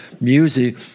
music